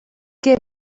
que